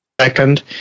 second